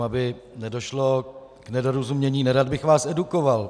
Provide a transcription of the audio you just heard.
Aby nedošlo k nedorozumění, nerad bych vás edukoval.